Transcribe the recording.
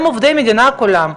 הם עובדי מדינה כולם,